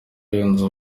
yunze